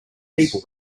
people